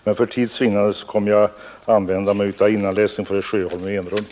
Men för tids vinnande kommer jag att använda mig av innanläsning i enrum för herr Sjöholm.